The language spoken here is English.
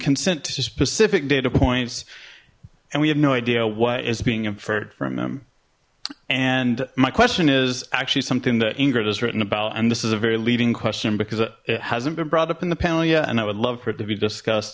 consent to specific data points and we have no idea what is being inferred from them and my question is actually something that ingrid has written about and this is a very leading question because it hasn't been brought up in the panel yeah and i would love for it to be discussed